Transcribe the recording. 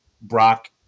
Brock